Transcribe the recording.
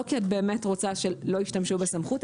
לא כי את באמת רוצה שלא ישתמשו בסמכות,